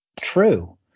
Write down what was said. True